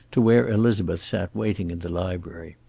to where elizabeth sat waiting in the library.